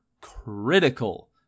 critical